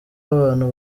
abantu